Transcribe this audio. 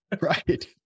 Right